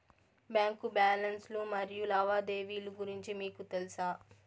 Bank balance లు మరియు లావాదేవీలు గురించి మీకు తెల్సా?